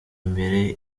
mbere